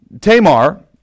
Tamar